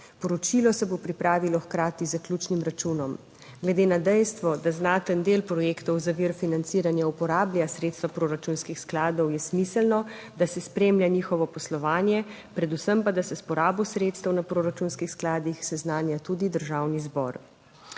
Poročilo se bo pripravilo hkrati z zaključnim računom. Glede na dejstvo, da znaten del projektov za vir financiranja uporablja sredstva proračunskih skladov, je smiselno, da se spremlja njihovo poslovanje, predvsem pa, da se s porabo sredstev na proračunskih skladih seznanja tudi Državni zbor.